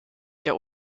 der